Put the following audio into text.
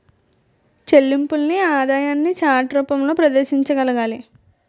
చెల్లింపుల్ని ఆదాయాన్ని చార్ట్ రూపంలో ప్రదర్శించగలగాలి